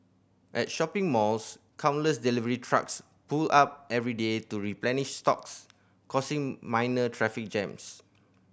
at shopping malls countless delivery trucks pull up every day to replenish stocks causing minor traffic jams